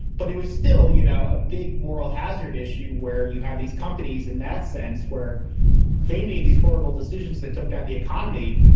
but it was still, you know, a big moral hazard issue where you have these companies in that sense where they made these horrible decisions that took down the economy,